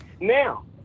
Now